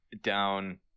down